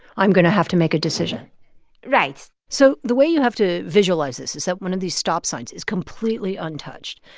i'm going to have to make a decision right so the way you have to visualize this is that one of these stop signs is completely untouched.